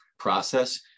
process